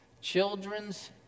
Children's